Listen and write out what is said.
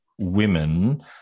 women